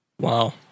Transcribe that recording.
Wow